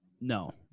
no